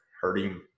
hurting